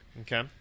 Okay